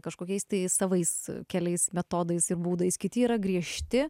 kažkokiais tai savais keliais metodais ir būdais kiti yra griežti